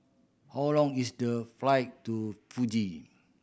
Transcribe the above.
how long is the flight to Fiji